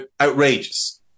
outrageous